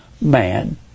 man